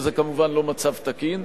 זה, כמובן, לא מצב תקין.